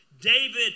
David